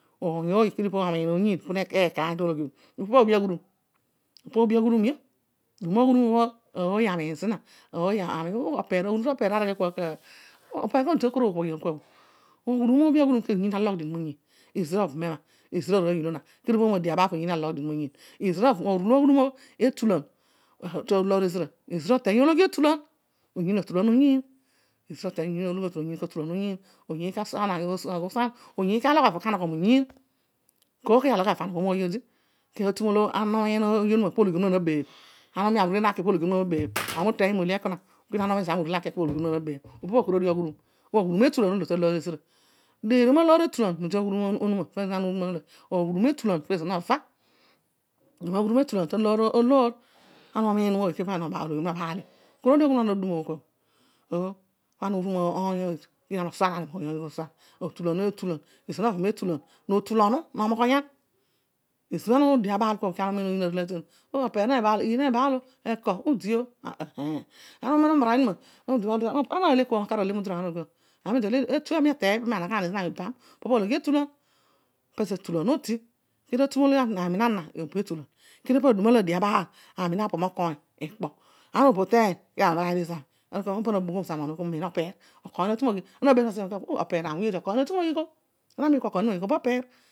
Oiy ōoy kedio amiin oyiin punekaiy tōlōghi ō, ipabhō oobi aghudum? Ipa oobi aghudumio. Dum aghudum lo oiy amiin zina akol ō opeer kodi to kora ookobhoghian kua? ezira obam ema, ezira ōoy oolo kedio oyiin nalogh dien moyiin. Tugh aghudum olo etulan taloor ezira. Ezira oteiy ologhi etulan, oyiin atuku oyiin oyiin kasuanana oyiin maghusan, oyiin kalogh avo kanogho moyiin. kooy koiy alogh avo anogho mooiy odi. Kedio tasi mōbhō ana umiin moiy po ologhi onuma nabeebh, ana umiin bho oiy naki pologhi onuma nabeebh. Ami uteiyio milole ekana, ana umiin pologhi onuma nabeebh, opo okoraghudum? aghudum etulan oolo talōor ezira, deeriom alōor etulan meta aghudum onuma aghudun etulan pobho eeira nova, dum aghum etulan talōor. Ana umiin oiy kedio po ologhi onuma obaalio, okoraghudum bhō ana nadum o kua ō? notanlonu, nomoghoyan. Ezobhār adio bha abạal kua ama umiin umarani onuma pana opuran anaade kua? Ō ami do le dia? Dpobhe pologhi etulan. tami nana obọ etulan kedio paami napomokoiy kedio ana onoghodio zami pami nana obo etulan ōy opeer nawuyn odi okoiny na tu moghigh o.